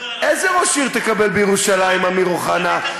איזה ראש עיר תקבל בירושלים, אמיר אוחנה?